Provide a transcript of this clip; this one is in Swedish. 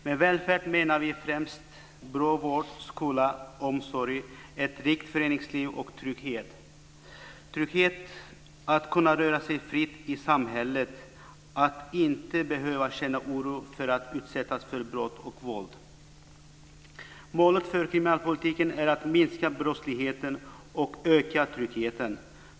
Med välfärd menar vi främst bra vård, skola och omsorg, ett rikt föreningsliv och trygghet, trygghet att kunna röra sig fritt i samhället, att inte behöva känna oro för att utsättas för brott och våld. Målet för kriminalpolitiken är att minska brottsligheten och öka tryggheten.